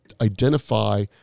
identify